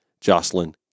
Jocelyn